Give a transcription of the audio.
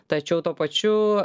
tačiau tuo pačiu